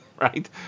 right